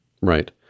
Right